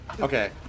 okay